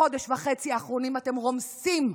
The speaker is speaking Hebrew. בחודש וחצי האחרונים אתם רומסים,